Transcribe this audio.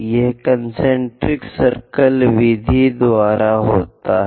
यह concentric circle विधि द्वारा होता है